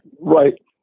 Right